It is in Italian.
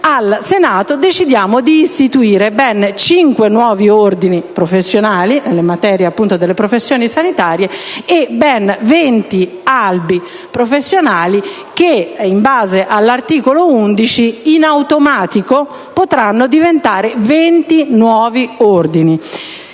al Senato decidiamo di istituire ben cinque nuovi ordini professionali, nella materia delle professioni sanitarie, e ben 20 albi professionali che, in base all'articolo 11, in automatico potranno diventare 20 nuovi ordini.